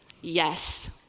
Yes